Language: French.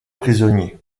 prisonnier